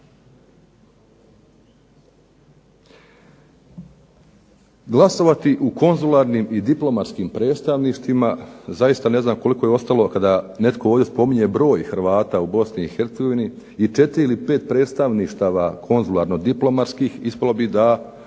Glasovati u konzularnim i diplomatskim predstavništvima zaista ne znam koliko je ostalo kada netko ovdje spominje broj Hrvata u Bosni i Hercegovini i četiri ili pet predstavništava konzularno-diplomatskih. Ispalo bi da